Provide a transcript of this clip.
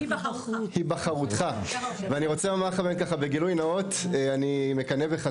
אני רוצה לומר בגילוי נאות שאני מקנה בך,